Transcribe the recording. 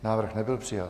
Návrh nebyl přijat.